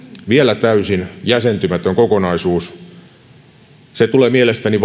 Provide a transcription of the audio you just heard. vielä täysin jäsentymätön kokonaisuus että se tulee mielestäni